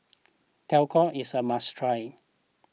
Tacos is a must try